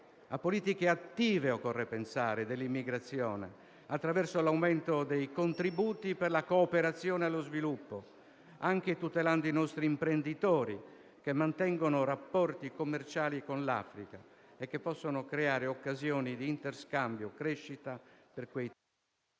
a politiche attive dell'immigrazione, attraverso l'aumento dei contributi per la cooperazione allo sviluppo, anche tutelando i nostri imprenditori che mantengono rapporti commerciali con l'Africa e che possono creare occasioni di interscambio e crescita. Servono